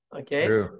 Okay